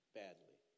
badly